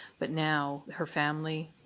but now her family,